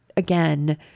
Again